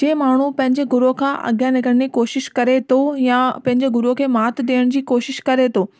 जे माण्हू पंहिंजे गुरूअ खां अॻियां निकिरण जी कोशिशि करे थो या पंहिंजे गुरूअ खे मात ॾियण जी कोशिशि करे थो